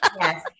Yes